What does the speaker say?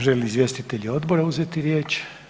Žele li izvjestitelji odbora uzeti riječ?